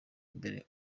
mbere